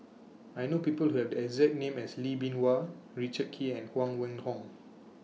I know People Who Have The exact name as Lee Bee Wah Richard Kee and Huang Wenhong